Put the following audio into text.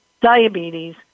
diabetes